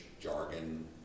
jargon